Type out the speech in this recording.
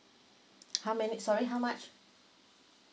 how many sorry how much